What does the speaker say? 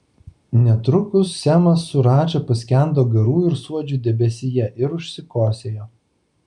netrukus semas su radža paskendo garų ir suodžių debesyje ir užsikosėjo